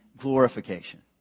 Glorification